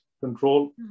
control